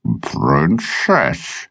Princess